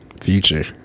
Future